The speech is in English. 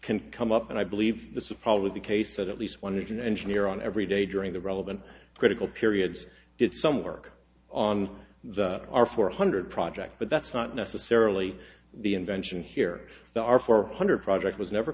can come up and i believe this a probably the case that at least one engine engineer on every day during the relevant critical periods did some work on our four hundred project but that's not necessarily the invention here there are four hundred project was never